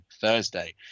Thursday